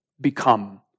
become